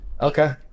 Okay